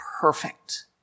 perfect